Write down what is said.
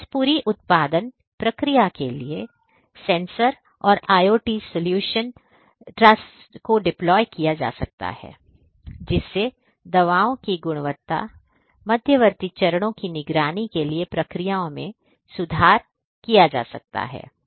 तो इस पूरी उत्पादन प्रक्रिया के लिए सेंसर और IoT ट्सॉल्यूशन को डिप्लोय किया जा सकता है जिससे दवाओं की गुणवत्ता मध्यवर्ती चरणों की निगरानी के लिए प्रक्रियाओं में सुधार किया जा सकता है